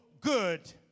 good